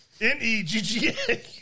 N-E-G-G-A